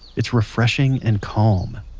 it's refreshing and calm.